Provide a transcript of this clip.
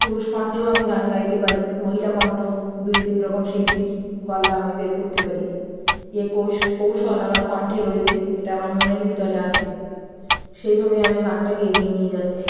পুরুষ কন্ঠেও আমি গান গাইতে পারি মহিলা কন্ঠ দুই তিন রকম শিল্পীর গলা আমি বের করতে পারি এ কোশ কৌশল আমার কন্ঠে রয়েছে এটা আমার মনের ভিতরে আছে সেইভাবেই আমি গানটাকে এগিয়ে নিয়ে যাচ্ছি